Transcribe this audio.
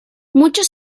muchos